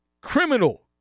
criminal